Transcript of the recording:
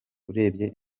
urebye